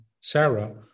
Sarah